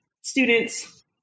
students